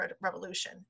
revolution